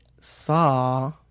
saw